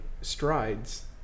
strides